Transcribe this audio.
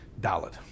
Dalit